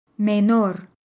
Menor